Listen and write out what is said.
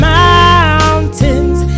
mountains